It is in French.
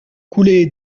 couler